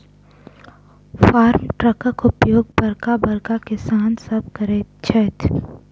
farm ट्रकक उपयोग बड़का बड़का किसान सभ करैत छथि